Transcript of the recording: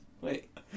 wait